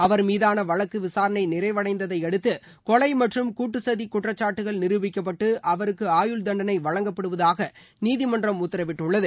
அவா் மீதான வழக்கு விசாரனை நிறைவடந்ததையடுத்து கொலை மற்றும் கூட்டுசதி குற்றச்சாட்டுகள் நிருபிக்கப்பட்டு அவருக்கு ஆயுள் தண்டனை வழங்கப்படுவதாக நீதிமன்றம் உத்தரவிட்டுள்ளது